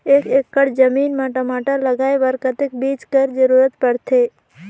एक एकड़ जमीन म टमाटर लगाय बर कतेक बीजा कर जरूरत पड़थे?